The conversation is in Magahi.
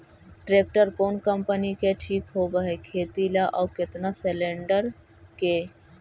ट्रैक्टर कोन कम्पनी के ठीक होब है खेती ल औ केतना सलेणडर के?